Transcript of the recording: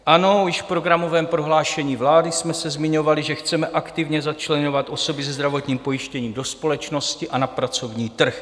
Ano, již v programovém prohlášení vlády jsme se zmiňovali, že chceme aktivně začleňovat osoby se zdravotním postižením do společnosti a na pracovní trh.